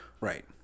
Right